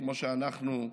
כמו שאנחנו,